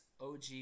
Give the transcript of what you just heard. OG